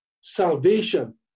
salvation